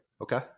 okay